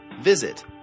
Visit